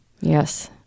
Yes